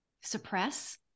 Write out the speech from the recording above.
suppress